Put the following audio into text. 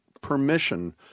permission